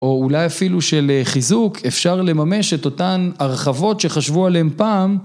או אולי אפילו שלחיזוק אפשר לממש את אותן הרחבות שחשבו עליהן פעם